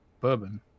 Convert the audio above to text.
bourbon